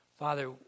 Father